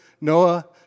Noah